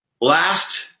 last